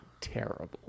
terrible